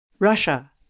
Russia